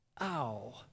Ow